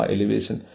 Elevation